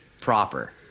proper